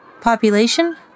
Population